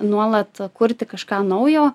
nuolat kurti kažką naujo